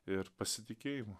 ir pasitikėjimu